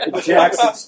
Jackson